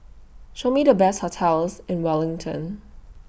Show Me The Best hotels in Wellington